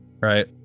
right